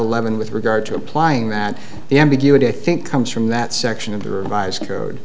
eleven with regard to applying that the ambiguity i think comes from that section of the revised code